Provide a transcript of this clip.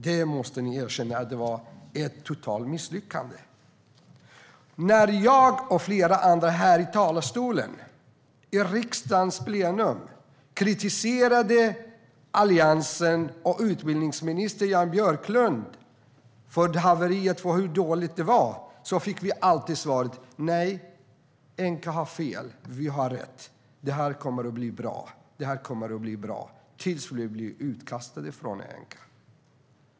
Det måste ni erkänna var ett totalt misslyckande. När jag och flera andra här i talarstolen i riksdagens plenum kritiserade Alliansen och utbildningsminister Jan Björklund för haveriet och hur dåligt det var fick vi alltid svaret att "Enqa har fel. Vi har rätt. Det här kommer att bli bra" - tills vi blev utkastade ur Enqa.